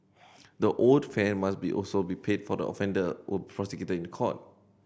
the owed fare must be also be paid for the offender or prosecuted in court